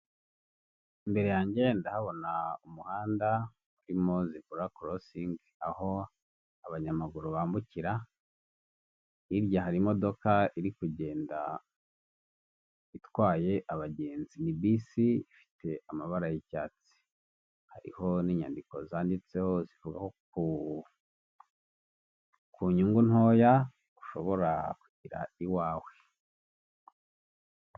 Imbere yange ndahabona umuhanda urimo zebura korosingi aho abanyamaguru bambukira, hirya hari imodoka iri kugenda itwaye abagenzi, ni bisi ifite amabara y'icyatsi, hariho n'inyandiko zanditseho zivuga ku nyungu ntoya ushobora kugera iwawe.